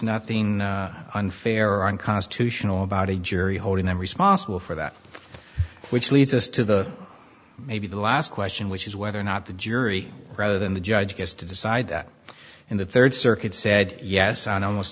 unconstitutional about a jury holding them responsible for that which leads us to the maybe the last question which is whether or not the jury rather than the judge gets to decide that in the third circuit said yes on almost